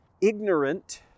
ignorant